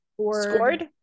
scored